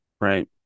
Right